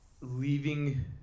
leaving